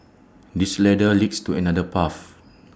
this ladder leads to another path